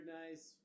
nice